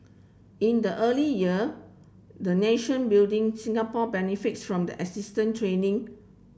in the early year the nation building Singapore benefited from the assistance training